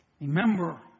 Remember